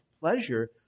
pleasure